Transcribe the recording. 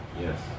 Yes